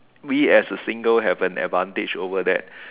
we as a single has an advantage over that